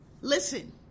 listen